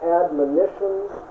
admonitions